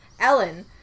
ellen